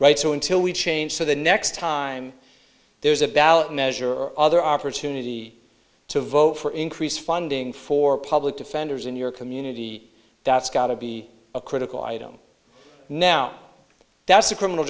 right so until we change for the next time there's a ballot measure or other opportunity to vote for increased funding for public defenders in your community that's got to be a critical item now that's a criminal